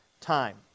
time